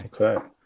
okay